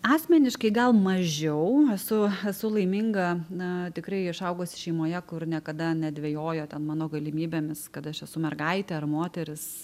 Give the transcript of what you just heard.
asmeniškai gal mažiau esu esu laiminga na tikrai išaugusi šeimoje kur niekada nedvejojo ten mano galimybėmis kad aš esu mergaitė ar moteris